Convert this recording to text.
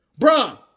Bruh